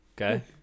okay